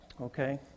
Okay